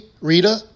Rita